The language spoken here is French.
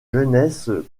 jeunesses